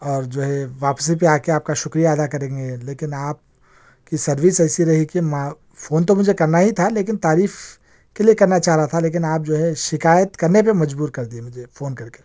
اور جو ہے واپسی پہ آ کے آپ کا شکریہ ادا کریں گے لیکن آپ کی سروس ایسی رہی کہ ما فون تو مجھے کرنا ہی تھا لیکن تعریف کے لئے کرنا چاہ رہا تھا لیکن آپ جو ہے شکایت کرنے پہ مجبور کردئے مجھے فون کر کے